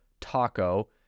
Taco